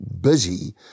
busy